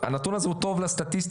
הנתון הזה הוא טוב לסטטיסטיקה,